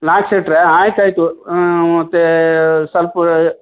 last ಸೀಟ್ರಿ ಆಯ್ತು ಆಯಿತು ಮತ್ತು ಸ್ವಲ್ಪ